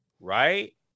right